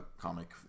Comic